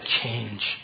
change